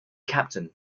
captain